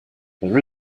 there